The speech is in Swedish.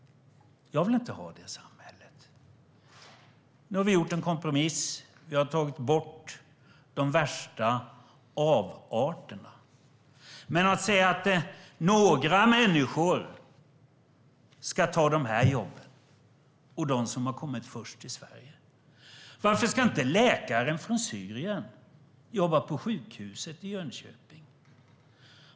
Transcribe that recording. Jag vill inte ha det samhället. Nu har vi gjort en kompromiss. Vi har tagit bort de värsta avarterna. Men att säga att några människor, de som nu har kommit till Sverige, ska ta de här jobben! Varför ska inte läkaren från Syrien jobba på sjukhuset i Jönköping?